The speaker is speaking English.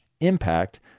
impact